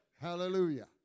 Hallelujah